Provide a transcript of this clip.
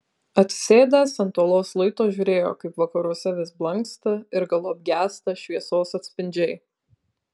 atsisėdęs ant uolos luito žiūrėjo kaip vakaruose vis blanksta ir galop gęsta šviesos atspindžiai